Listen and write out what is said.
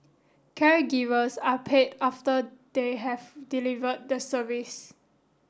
caregivers are paid after they have delivered the service